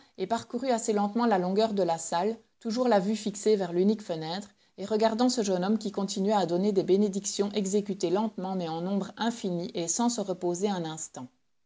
et parcourut assez lentement la longueur de la salle toujours la vue fixée vers l'unique fenêtre et regardant ce jeune homme qui continuait à donner des bénédictions exécutées lentement mais en nombre infini et sans se reposer un instant